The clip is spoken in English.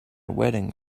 wedding